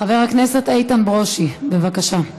חבר הכנסת איתן ברושי, בבקשה.